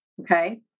Okay